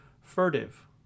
Furtive